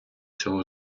цього